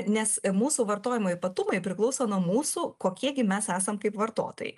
nes mūsų vartojimo ypatumai priklauso nuo mūsų kokie gi mes esam kaip vartotojai